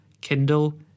Kindle